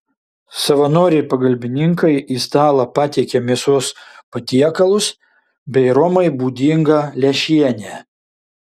savanoriai pagalbininkai į stalą patiekia mėsos patiekalus bei romai būdingą lęšienę